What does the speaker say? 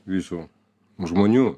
visų žmonių